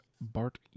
Bart